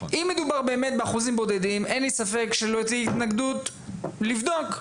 אין לי ספק שלא תהיה התנגדות לבדוק פעם בשנה.